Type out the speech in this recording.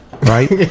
right